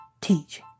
teach